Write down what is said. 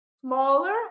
smaller